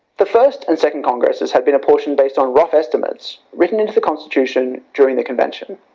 the first and second congresses has been apportioned based on rough estimates written into the constitution, during the convention.